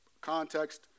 context